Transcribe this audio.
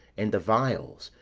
and the vials,